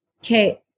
okay